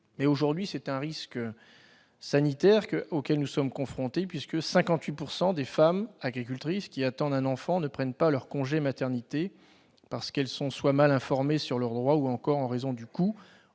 Aujourd'hui, c'est à un risque sanitaire que nous sommes confrontés : 58 % des femmes agricultrices qui attendent un enfant ne prennent pas leur congé de maternité, parce qu'elles sont mal informées sur leurs droits, ou encore en raison du coût